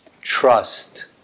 trust